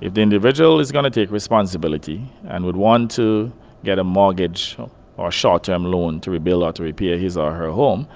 if the individual is going to take responsibility and would want to get a mortgage or a short-term loan to rebuild or ah to repair his or her home,